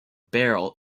barrel